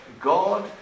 God